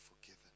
forgiven